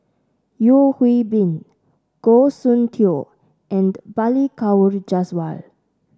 Yeo Hwee Bin Goh Soon Tioe and Balli Kaur Jaswal